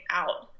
out